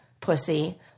pussy